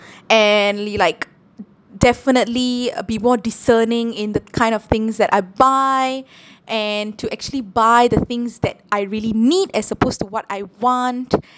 and le~ like definitely uh be more discerning in the kind of things that I buy and to actually buy the things that I really need as opposed to what I want